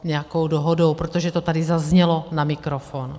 nějakou dohodou, protože to tady zaznělo na mikrofon.